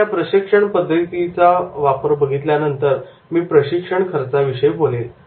आता या प्रशिक्षण पद्धती बघितल्यानंतर मी प्रशिक्षण खर्चाविषयी बोलेन